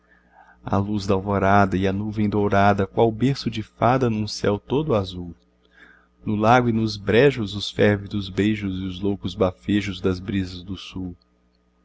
a luz da alvorada e a nuvem dourada qual berço de fada num céu todo azul no lago e nos brejos os férvidos beijos e os loucos bafejos das brisas do sul